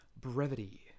brevity